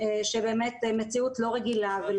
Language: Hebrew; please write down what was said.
שהיא באמת מציאות לא רגילה.